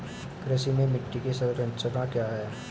कृषि में मिट्टी की संरचना क्या है?